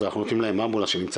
אז אנחנו נותנים להם אמבולנס שנמצא